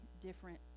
different